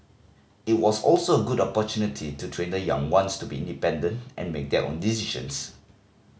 it was also a good opportunity to train the young ones to be independent and make own decisions